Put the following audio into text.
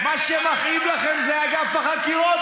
מה שמכאיב לכם זה אגף החקירות,